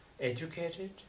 educated